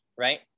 Right